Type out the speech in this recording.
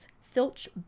Filch